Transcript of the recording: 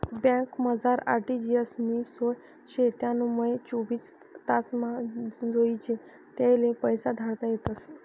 बँकमझार आर.टी.जी.एस नी सोय शे त्यानामुये चोवीस तासमा जोइजे त्याले पैसा धाडता येतस